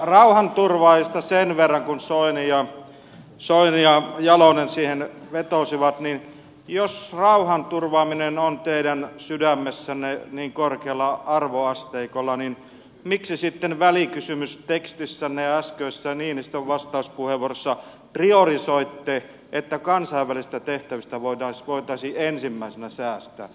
rauhanturvaajista sen verran kun soini ja jalonen siihen vetosivat niin jos rauhanturvaaminen on teidän sydämessänne niin korkealla arvoasteikolla niin miksi sitten välikysymystekstissänne äskeisessä niinistön vastauspuheenvuorossa priorisoitte että kansainvälisistä tehtävistä voitaisiin ensimmäisenä säästää